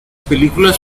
películas